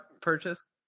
purchase